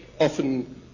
often